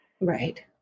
Right